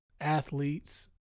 athletes